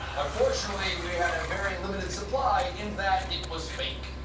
unfortunately, we had a very limited supply, in that it was fake.